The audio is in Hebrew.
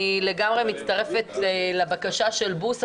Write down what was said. אני לגמרי מצטרפת לבקשה של בוסו,